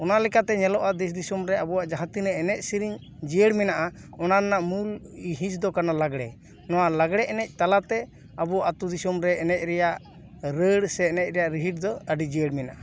ᱚᱱᱟ ᱞᱮᱠᱟᱛᱮ ᱧᱮᱞᱚᱜᱼᱟ ᱫᱮᱥ ᱫᱤᱥᱚᱢ ᱨᱮ ᱟᱵᱚᱣᱟᱜ ᱡᱟᱦᱟᱸ ᱛᱤᱱᱟᱹᱜ ᱮᱱᱮᱡ ᱥᱮᱨᱮᱧ ᱡᱤᱭᱟᱹᱲ ᱢᱮᱱᱟᱜᱼᱟ ᱚᱱᱟ ᱨᱮᱱᱟᱜ ᱢᱩᱞ ᱦᱤᱥ ᱫᱚ ᱠᱟᱱᱟ ᱞᱟᱜᱽᱲᱮ ᱱᱚᱣᱟ ᱞᱟᱜᱽᱲᱮ ᱮᱱᱮᱡ ᱛᱟᱞᱟᱛᱮ ᱟᱵᱚ ᱟᱹᱛᱩ ᱫᱤᱥᱚᱢ ᱨᱮ ᱮᱱᱮᱡ ᱨᱮᱭᱟᱜ ᱨᱟᱹᱲ ᱥᱮ ᱮᱱᱮᱡ ᱨᱮᱭᱮᱜ ᱨᱤᱦᱤᱴ ᱫᱚ ᱟᱹᱰᱤ ᱡᱤᱭᱟᱹᱲ ᱢᱮᱱᱟᱜᱼᱟ